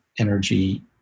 energy